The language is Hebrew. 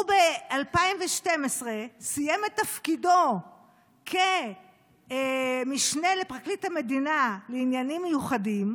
הוא ב-2012 סיים את תפקידו כמשנה לפרקליט המדינה לעניינים מיוחדים,